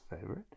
favorite